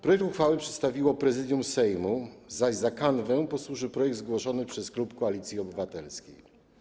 Projekt uchwały przedstawiło Prezydium Sejmu, zaś za kanwę posłużył projekt zgłoszony przez klub Koalicji Obywatelskiej.